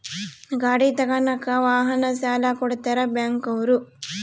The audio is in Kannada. ಗಾಡಿ ತಗನಾಕ ವಾಹನ ಸಾಲ ಕೊಡ್ತಾರ ಬ್ಯಾಂಕ್ ಅವ್ರು